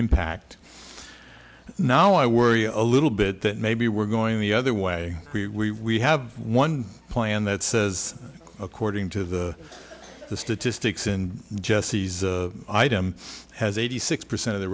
impact now i worry a little bit that maybe we're going the other way we have one plan that says according to the statistics and jesse's item has eighty six percent of the